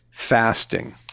fasting